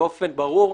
באופן ברור.